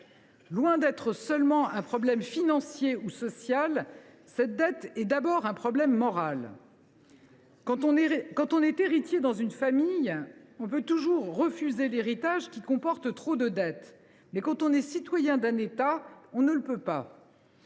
Loin d’être seulement un problème financier ou social, cette dette est d’abord un problème moral. » Surtout vis à vis des rentiers !« Quand on est héritier dans une famille, on peut toujours refuser l’héritage qui comporte trop de dettes. Mais quand on est citoyen d’un État, on ne le peut pas